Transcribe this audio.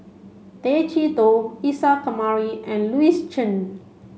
Tay Chee Toh Isa Kamari and Louis Chen